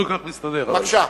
בבקשה.